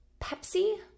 Pepsi